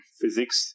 physics